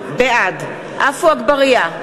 בעד עפו אגבאריה,